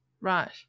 Right